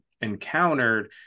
encountered